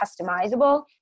customizable